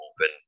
open